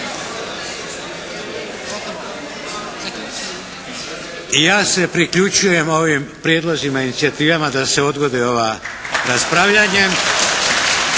ja se priključujem ovim prijedlozima i inicijativama da se odgodi ovo raspravljanje